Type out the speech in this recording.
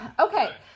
Okay